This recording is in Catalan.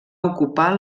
ocupar